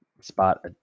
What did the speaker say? spot